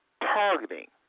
targeting